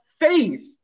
faith